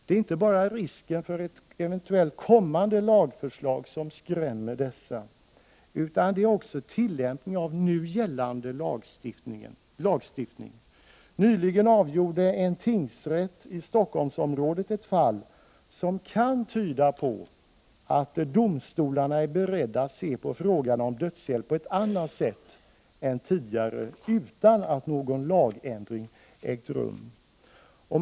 Det är inte bara risken för ett eventuellt kommande lagförslag som skrämmer dessa, utan också tillämpningen av nu gällande lagstiftning. Nyligen avgjorde en tingsrätt i Stockholmsområdet ett fall som kan tyda på att domstolarna är beredda att se på frågan om dödshjälp på ett annat sätt än tidigare utan att någon lagändring ägt rum.